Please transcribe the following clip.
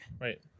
Right